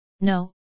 No